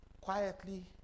quietly